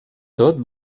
tot